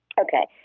Okay